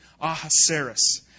Ahasuerus